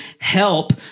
help